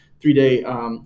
three-day